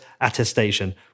attestation